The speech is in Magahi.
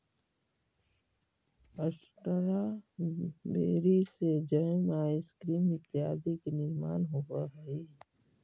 स्ट्रॉबेरी से जैम, आइसक्रीम इत्यादि के निर्माण होवऽ हइ